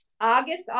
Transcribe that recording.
August